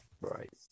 Right